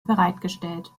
bereitgestellt